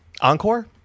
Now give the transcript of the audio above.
encore